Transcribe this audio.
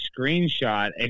screenshot